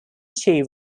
chi